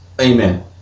Amen